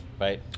right